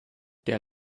der